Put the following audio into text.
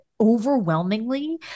overwhelmingly